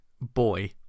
boy